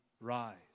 rise